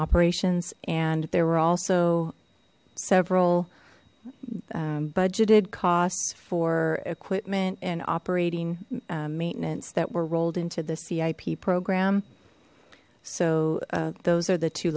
operations and there were also several budgeted costs for equipment and operating maintenance that were rolled into the cip program so those are the two